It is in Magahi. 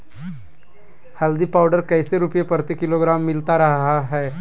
हल्दी पाउडर कैसे रुपए प्रति किलोग्राम मिलता रहा है?